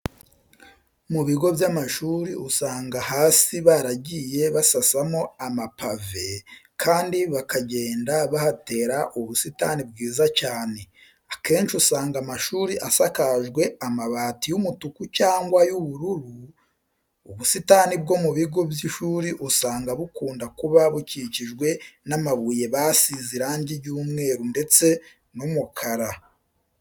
Mu bigo by'amashuri usanga hasi baragiye basasamo amapave kandi bakagenda bahatera ubusitani bwiza cyane. Akenshi usanga amashuri asakajwe amabati y'umutuku cyangwa y'ubururu. Ubusitani bwo mu bigo by'ishuri usanga bukunda kuba bukikijwe n'amabuye basize irangi ry'umweru ndetse n'umukara.